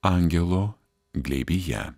angelo glėbyje